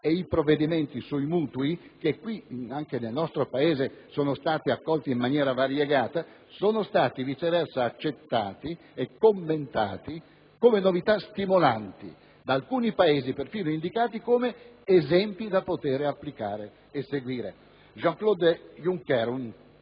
e i provvedimenti sui mutui, che nel nostro Paese sono stato accolti in maniera variegata, sono stati viceversa accettati e commentati come novità stimolanti, da alcuni Paesi perfino indicati come esempi da poter applicare e seguire. Jean-Claude Juncker, un